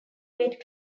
weight